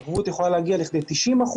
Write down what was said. הערבות יכולה להגיע לכדי 90%,